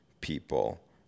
people